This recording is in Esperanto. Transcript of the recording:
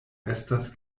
estas